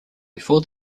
before